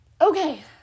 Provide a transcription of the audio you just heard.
Okay